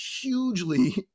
hugely